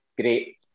Great